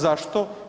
Zašto?